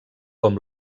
com